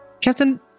captain